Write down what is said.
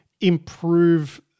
improve